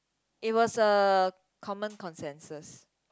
it was a common consensus